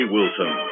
Wilson